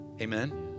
amen